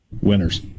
winners